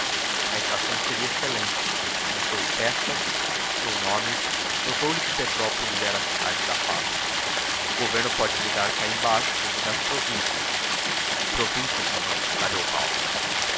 a estação seria excelente anunciou festas citou nomes notou lhes que petrópolis era a cidade da paz o governo pode mudar cá embaixo e nas províncias que províncias mamãe atalhou paulo